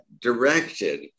directed